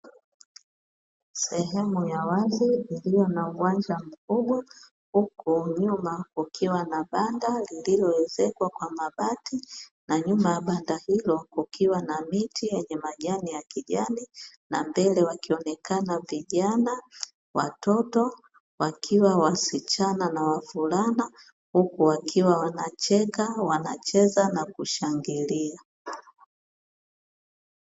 Sehemu ya wazi iliyo na uwanja mkubwa huku nyuma kukiwa na banda lililoezekwa kwa mabati, na nyuma ya banda hilo kukiwa na miti yenye majani ya kijani, na mbele wakionekana vijana, watoto wakiwa wasichana na wavulana, huku wakiwa wanacheka, wanacheza na kushangilia.